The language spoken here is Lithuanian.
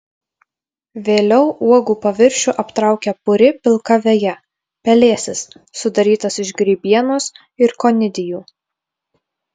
vėliau uogų paviršių aptraukia puri pilka veja pelėsis sudarytas iš grybienos ir konidijų